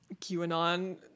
QAnon